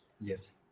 Yes